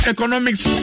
Economics